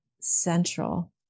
central